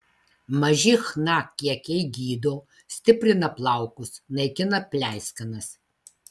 maži chna kiekiai gydo stiprina plaukus naikina pleiskanas